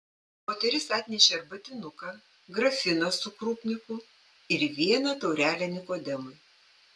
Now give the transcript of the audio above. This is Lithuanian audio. moteris atnešė arbatinuką grafiną su krupniku ir vieną taurelę nikodemui